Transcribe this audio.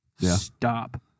stop